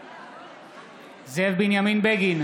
בעד זאב בנימין בגין,